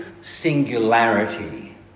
singularity